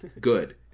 good